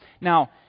Now